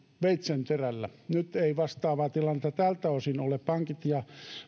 veitsenterällä nyt ei vastaavaa tilannetta tältä osin pankeilla ole ja